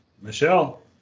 Michelle